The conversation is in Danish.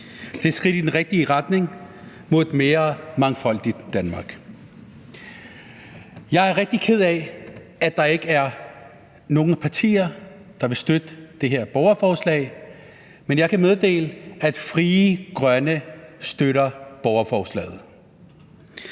Det er et skridt i den rigtige retning mod et mere mangfoldigt Danmark. Jeg er rigtig ked af, at der ikke er nogen partier, der vil støtte det her borgerforslag, men jeg kan meddele, at Frie Grønne støtter borgerforslaget.